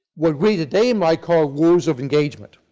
what we today might call rules of engagement.